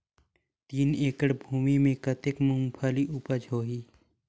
तीन एकड़ भूमि मे कतेक मुंगफली उपज होही?